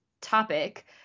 topic